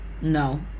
no